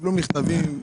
קיבלו מכתבים.